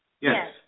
Yes